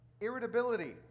irritability